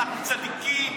אנחנו צדיקים,